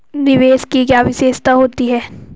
निवेश की क्या विशेषता होती है?